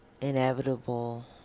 inevitable